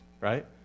right